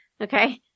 Okay